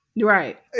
right